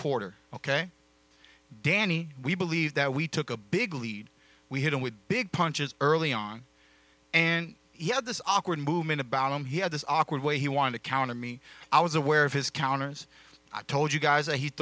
porter ok danny we believe that we took a big lead we hit him with big punches early on and he had this awkward movement about him he had this awkward way he wanted to count to me i was aware of his counters i told you guys a h